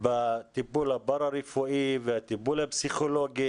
בטיפול הפרא-רפואי והטיפול הפסיכולוגי.